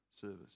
service